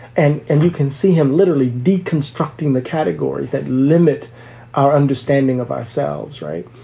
and and you can see him literally deconstructing the categories that limit our understanding of ourselves. right.